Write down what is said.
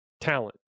talent